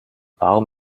warum